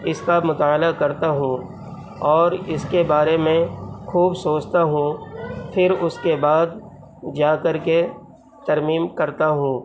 اس کا مطالعہ کرتا ہوں اور اس کے بارے میں خوب سوچتا ہوں پھر اس کے بعد جا کر کے ترمیم کرتا ہوں